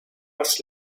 was